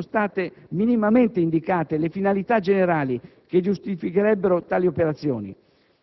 Deploro vivamente che non siano state minimamente indicate le finalità generali che giustificherebbero tali operazioni.